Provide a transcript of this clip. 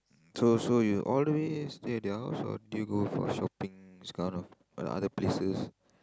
so so you all the way stay at their house or do you go for shopping this kind of uh other places